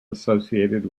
associated